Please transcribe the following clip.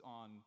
on